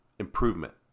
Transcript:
improvement